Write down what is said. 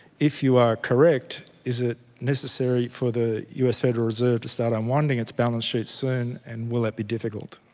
if you are correct, is it necessary for the u s. federal reserve to start um expanding its balance sheets soon and will that be difficult.